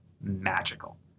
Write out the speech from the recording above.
magical